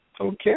Okay